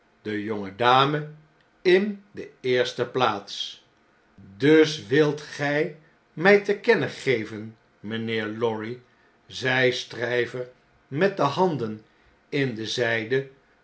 de jonge dame in de eerste plaats dus wilt gij mjj te kennen geven mijnheer lorry zei stryver met de handen in de zijde